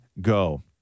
go